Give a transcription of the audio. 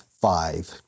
Five